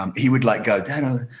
um he would, like, go,